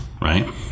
right